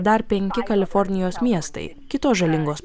dar penki kalifornijos miestai kitos žalingos